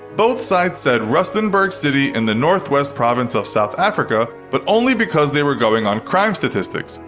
both sites said rustenburg city in the north west province of south africa, but only because they were going on crime statistics.